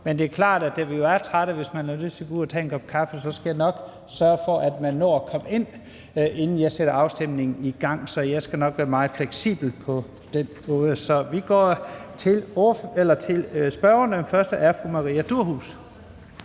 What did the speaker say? Det er klart, at vi er trætte, og hvis man har lyst til at gå ud og tage en kop kaffe, skal jeg nok sørge for, at man når at komme ind, inden jeg sætter afstemningen i gang. Så på den måde skal jeg nok være meget fleksibel. Så vi går videre til spørgerne, og den første er fru Maria Durhuus.